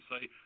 say